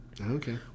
Okay